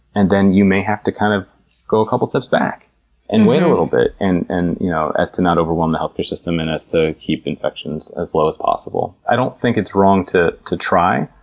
and then, you may have to kind of go a couple steps back and wait a little bit and and you know as to not overwhelm the healthcare system, and to keep infections as low as possible. i don't think it's wrong to to try,